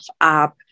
up